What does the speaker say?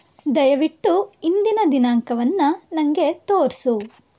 ದಯವಿಟ್ಟು ಇಂದಿನ ದಿನಾಂಕವನ್ನು ನನಗೆ ತೋರಿಸು